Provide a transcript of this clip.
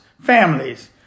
families